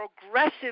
progressive